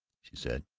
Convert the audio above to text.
she said.